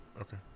Okay